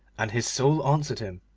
and his soul answered him,